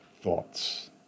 thoughts